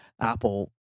Apple